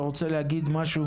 אתה רוצה להגיד משהו?